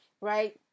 right